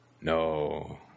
No